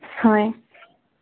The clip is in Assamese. হয়